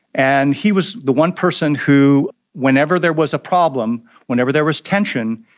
and he was the one person who whenever there was a problem, whenever there was tension,